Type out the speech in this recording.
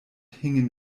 hingen